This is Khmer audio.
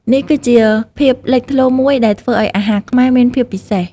នេះគឺជាភាពលេចធ្លោមួយដែលធ្វើឲ្យអាហារខ្មែរមានភាពពិសេស។